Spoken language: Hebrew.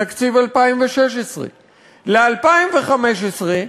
תקציב 2016. ל-2015,